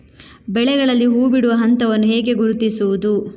ಬೆಳೆಗಳಲ್ಲಿ ಹೂಬಿಡುವ ಹಂತವನ್ನು ಹೇಗೆ ಗುರುತಿಸುವುದು?